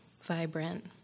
vibrant